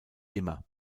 immer